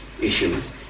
issues